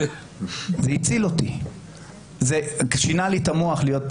נורמטיבית, כן, אני שמח שאתה